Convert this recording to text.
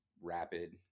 rapid